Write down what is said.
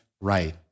right